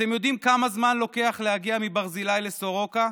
אתם יודעים כמה זמן לוקח להגיע מברזילי לסורוקה?